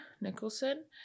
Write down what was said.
Nicholson